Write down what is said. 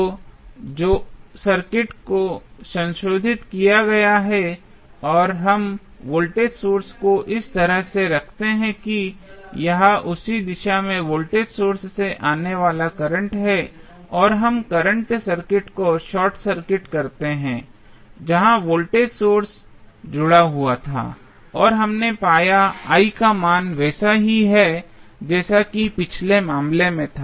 तो जो सर्किट संशोधित किया गया है और हम वोल्टेज सोर्स को इस तरह से रखते हैं कि यह उसी दिशा में वोल्टेज सोर्सेज से आने वाला करंट है और हम करंट सर्किट को शॉर्ट सर्किट करते हैं जहां वोल्टेज सोर्स जुड़ा था और हमने पाया I का मान वैसा ही है जैसा कि पिछले मामले में था